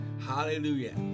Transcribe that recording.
Hallelujah